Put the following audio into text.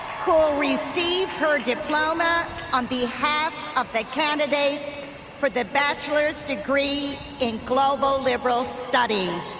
who will receive her diploma on behalf of the candidates for the bachelor's degree in global liberal studies.